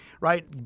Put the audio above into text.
right